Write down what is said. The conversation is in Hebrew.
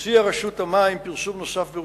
להודיע לספק המים את מספר הנפשות המתגוררות בדירה,